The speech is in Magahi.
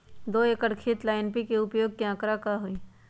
दो एकर खेत ला एन.पी.के उपयोग के का आंकड़ा होई?